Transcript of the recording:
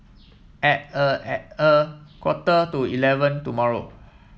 at a at a quarter to eleven tomorrow